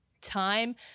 time